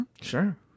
Sure